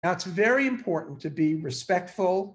זה מאוד מאוד מיוחד להיות מבקש